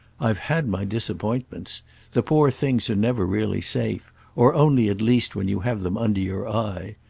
i've had my disappointments the poor things are never really safe or only at least when you have them under your eye.